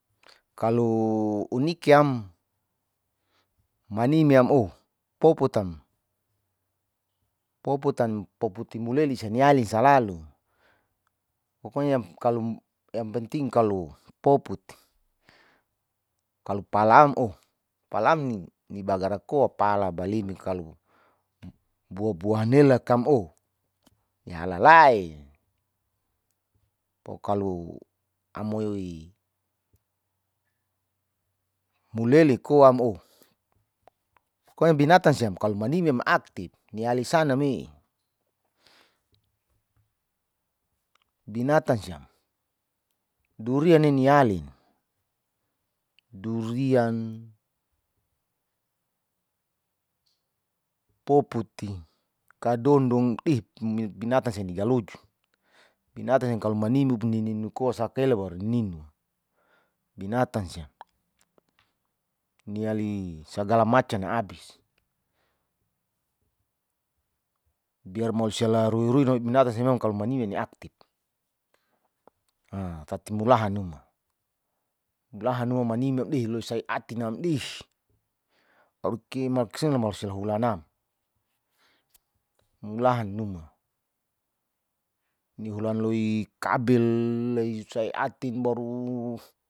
Kalo unikiam manimyam oh poputam poputi mulelis anialis salalu, pokonya yang penting kalo poput, kalo palam oh palan ni bagara koa pala blimbing kalo buah buahan ela kam oh ni halalai pokalo amoi mulele koam oh pokolo bintam siam klo manimyam aktip nialis name bitana siam duran ne nilin durian. poputi, kadondong ih bintang sia ni galojo, binatan kalo manimu nininu koa sakelo baru ninu binatan siam, niali sagala macam na abis biar mau siala ruirui bintan si memang kalao manimyam ni aktip haa tati mulaha numa manimyam deh loisai atinama deh malosia hulanam mulahan numa ni hulan loi kabel lesai atin baru.